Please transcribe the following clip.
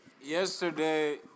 Yesterday